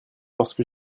lorsque